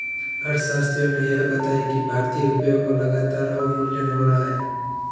अर्थशास्त्रियों ने यह बताया कि भारतीय रुपयों का लगातार अवमूल्यन हो रहा है